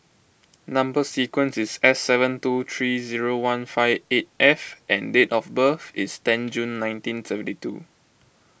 Number Sequence is S seven two three zero one five eight F and date of birth is ten June nineteen seventy two